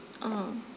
um